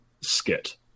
skit